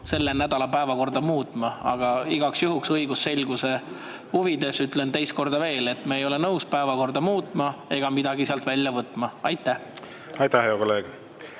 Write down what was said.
selle nädala päevakorda muutma. Aga igaks juhuks, õigusselguse huvides ütlen teist korda veel, et me ei ole nõus päevakorda muutma ega midagi sealt välja võtma. Aitäh, lugupeetud